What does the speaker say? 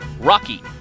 Rocky